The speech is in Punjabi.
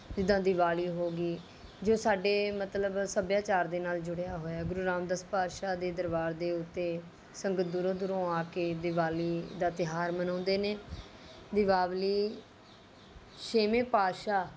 ਜਿੱਦਾਂ ਦੀਵਾਲੀ ਹੋ ਗਈ ਜੋ ਸਾਡੇ ਮਤਲਬ ਸੱਭਿਆਚਾਰ ਦੇ ਨਾਲ ਜੁੜਿਆ ਹੋਇਆ ਗੁਰੂ ਰਾਮਦਾਸ ਪਾਤਸ਼ਾਹ ਦੇ ਦਰਬਾਰ ਦੇ ਉੱਤੇ ਸੰਗਤ ਦੂਰੋਂ ਦੂਰੋਂ ਆ ਕੇ ਦੀਵਾਲੀ ਦਾ ਤਿਉਹਾਰ ਮਨਾਉਂਦੇ ਨੇ ਦੀਪਾਵਲੀ ਛੇਵੇਂ ਪਾਤਸ਼ਾਹ